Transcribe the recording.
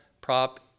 prop